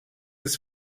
ist